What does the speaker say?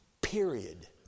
Period